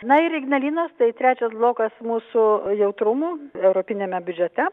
na ir ignalinos tai trečias blokas mūsų jautrumų europiniame biudžete